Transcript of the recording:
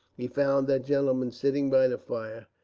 he found that gentleman sitting by the fire,